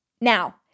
Now